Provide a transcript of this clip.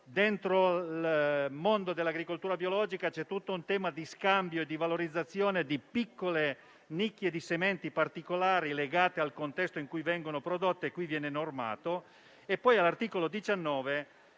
dentro il mondo dell'agricoltura biologica vi è il tema dello scambio e della valorizzazione di piccole nicchie di sementi particolari, legate al contesto in cui vengono prodotte, che qui viene normato.